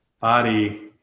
body